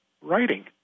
writing